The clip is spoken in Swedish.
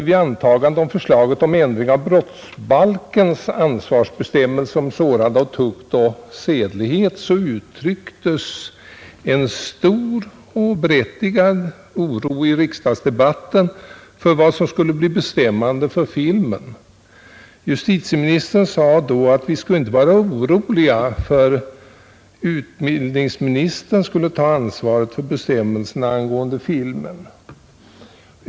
Vid antagandet av förslaget till ändring av brottsbalkens ansvarsbestämmelser om sårande av tukt och sedlighet uttrycktes i riksdagsdebatten en stor och berättigad oro för vad som skulle bli bestämmande för filmen. Justitieministern sade då att vi inte skulle vara oroliga; utbildningsministern skulle ta ansvaret för bestämmelserna angående filmen.